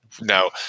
Now